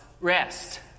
rest